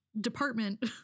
department